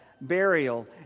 burial